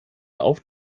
auf